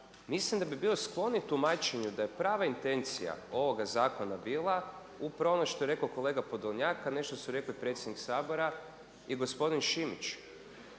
mislim da bi bio skloniji tumačenju da je prava intencija ovoga zakona bila upravo ono što je rekao kolega Podolnjak a nešto su rekli predsjednik Sabora i gospodin Šimić.